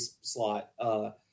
slot